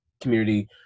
community